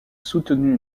soutenu